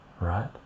right